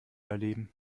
erleben